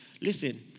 Listen